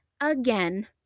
again